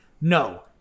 no